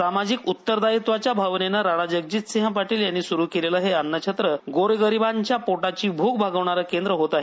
सामाजिक उत्तरदायित्वाच्या भावनेन राणाजगजितसिंह पाटील यांनी सुरू केलेलं हे अन्नछत्र गोरगरिबांच्या पोटाची भूक भागवणार केंद्र होत आहे